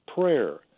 prayer